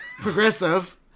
Progressive